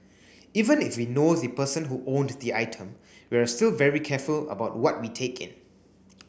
even if we know the person who owned the item we're still very careful about what we take in